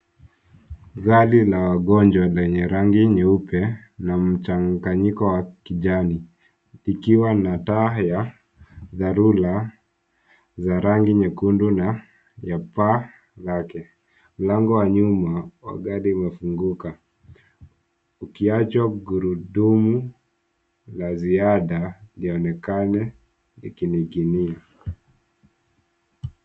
Gari la wagonjwa lenye rangi nyeupe na mchanganyiko wa kijani ikiwa na taa ya dharura za rangi nyekundu na ya paa lake mlango wa nyuma wa gari umefunguka ukiacha gurudumu la ziada lionekane likininginia.